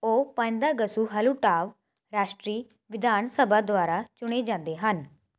ਉਹ Pyidaungsu Hluttaw ਰਾਸ਼ਟਰੀ ਵਿਧਾਨ ਸਭਾ ਦੁਆਰਾ ਚੁਣੇ ਜਾਂਦੇ ਹਨ